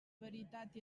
veritat